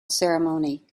ceremony